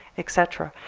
et cetera.